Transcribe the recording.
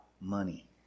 money